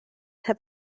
have